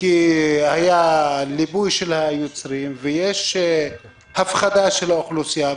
כי היה ליבוי של היצרים ויש הפחדה של האוכלוסייה.